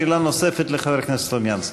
שאלה נוספת לחבר הכנסת סלומינסקי.